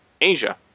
Asia